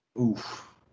Oof